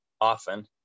often